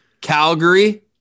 Calgary